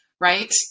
right